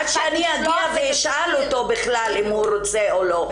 עד שאני אגיע ואשאל אותו בכלל אם הוא רוצה או לא,